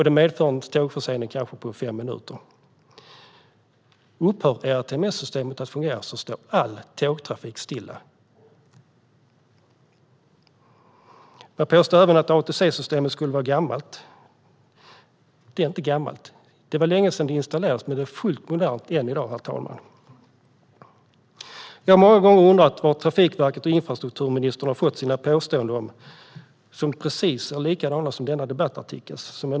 Det medför en tågförsening på kanske fem minuter. Upphör ERTMS att fungera står all tågtrafik stilla. Man påstår även att ATC-systemet skulle vara gammalt. Det är inte gammalt. Det var längesedan det installerades, men det är fullt modernt än i dag, herr talman. Jag har många gånger undrat varifrån Trafikverket och infrastrukturministern har fått sina påståenden, som är precis likadana som i denna debattartikel.